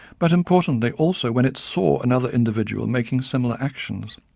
but importantly also when it saw another individual making similar actions.